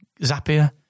Zapier